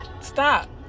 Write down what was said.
stop